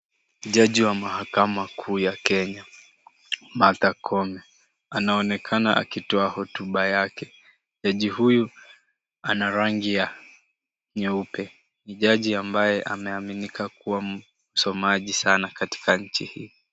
Jaji wa mahakama kuu ya Kenya, Martha Koome, anaonekana akitoa hotuba yake. Jaji huyu ana rangi ya nyeupe. Ni jaji ambaye ameaminika kubwa msomaji sana katika nchi hii.